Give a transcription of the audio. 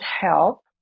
help